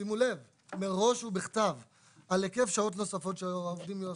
שימו לב מראש ובכתב על היקף שעות נוספות של העובדים".